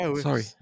sorry